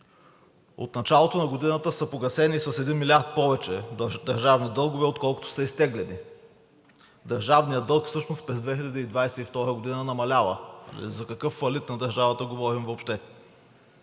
От началото на годината са погасени с 1 милиард повече държавни дългове, отколкото са изтеглени. Държавният дълг всъщност през 2022 г. намалява. За какъв фалит на държавата говорим въобще?!